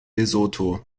lesotho